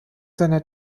seiner